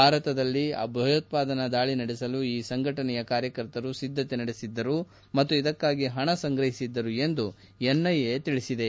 ಭಾರತದಲ್ಲಿ ಭಯೋತ್ವಾದನಾ ದಾಳಿ ನಡೆಸಲು ಈ ಸಂಘಟನೆಯ ಕಾರ್ಯಕರ್ತರು ಸಿದ್ದತೆ ನಡೆಸಿದ್ದರು ಮತ್ತು ಇದಕ್ಕಾಗಿ ಹಣ ಸಂಗ್ರಹಿಸಿದ್ದರು ಎಂದು ಎನ್ಐಎ ತಿಳಿಸಿದೆ